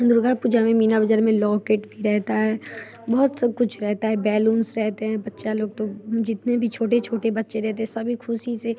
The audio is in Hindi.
दुर्गा पूजा में मीना बाज़ार में लॉकेट भी रहता है बहुत सब कुछ रहता है बैलून्स रहते हैं बच्चा लोग तो जितने भी छोटे छोटे बच्चे रहते हैं सभी खुशी से